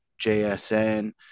JSN